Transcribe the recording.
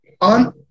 on